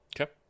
Okay